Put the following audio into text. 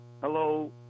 Hello